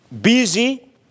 busy